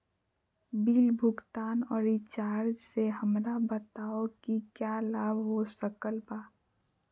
Bill भुगतान और recharge से हमरा बताओ कि क्या लाभ हो सकल बा?